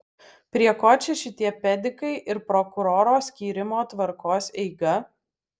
prie ko čia šitie pedikai ir prokuroro skyrimo tvarkos eiga